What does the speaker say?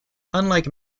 unlike